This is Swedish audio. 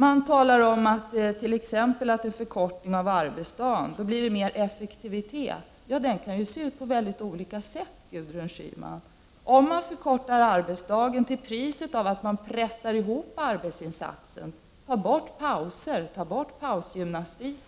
Man säger t.ex. att en förkortning av arbetsdagen medför större effektivitet. Ja, det kan ju se ut på många olika sätt, Gudrun Schyman. Om man förkortar arbetsdagen till priset av en hoppressning av arbetsinsatsen på så sätt att man tar bort pauser som t.ex. pausgymnastik,